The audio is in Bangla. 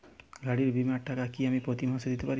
গাড়ী বীমার টাকা কি আমি প্রতি মাসে দিতে পারি?